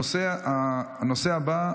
הנושא הבא,